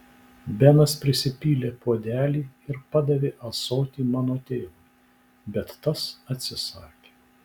benas prisipylė puodelį ir padavė ąsotį mano tėvui bet tas atsisakė